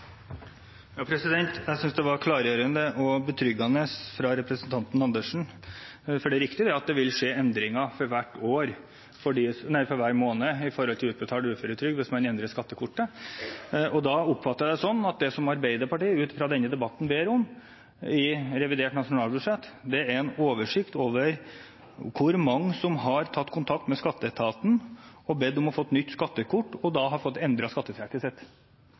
er riktig at det vil skje endringer for hver måned i utbetalt uføretrygd hvis man endrer skattekortet. Da oppfatter jeg det sånn at det som Arbeiderpartiet ut fra denne debatten ber om i forbindelse med revidert nasjonalbudsjett, er en oversikt over hvor mange som har tatt kontakt med skatteetaten og bedt om å få nytt skattekort og så fått